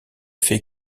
faits